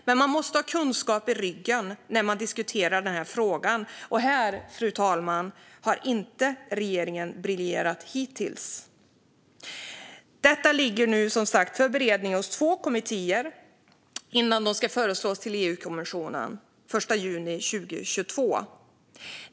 Men man måste ha kunskap i ryggen när man diskuterar frågan, fru talman, och här har regeringen hittills inte briljerat. Detta ligger nu som sagt för beredning hos två kommittéer innan det ska föreslås till EU-kommissionen den 1 juni 2022.